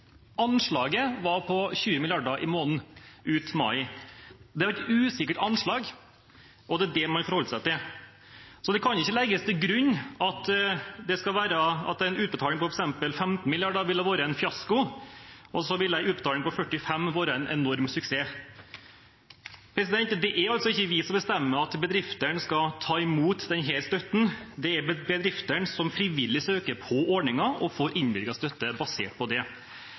Anslaget var på 20 mrd. kr i måneden ut mai. Det var et usikkert anslag, og det er det man forholdt seg til. Det kan ikke legges til grunn at en utbetaling på f.eks. 15 mrd. kr ville vært en fiasko, og så ville en utbetaling på 45 mrd. kr vært en enorm suksess. Det er ikke vi som bestemmer at bedriftene skal ta imot denne støtten, det er bedriftene som frivillig søker på ordningen og får innvilget støtte basert på det.